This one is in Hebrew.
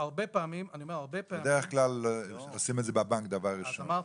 בדרך כלל עושים את זה בבנק דבר ראשון,